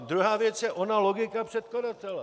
Druhá věc je ona logika předkladatele.